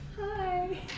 Hi